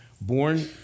Born